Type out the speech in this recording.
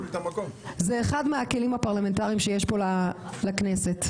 זה אחד מהכלים הפרלמנטריים שיש פה לכנסת.